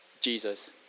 Jesus